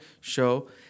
show